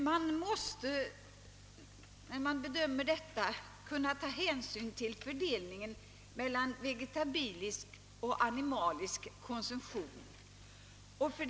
Man måste när man bedömer denna fråga ta hänsyn till fördelningen mellan produktionen av vegetabilier och animalier.